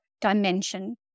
dimension